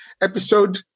episode